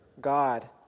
God